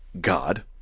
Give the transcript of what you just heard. God